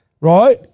right